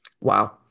Wow